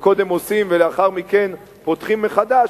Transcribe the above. שקודם עושים ולאחר מכן פותחים מחדש,